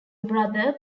brother